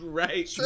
right